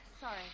sorry